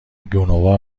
گنوا